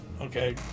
Okay